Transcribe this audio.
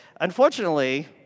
unfortunately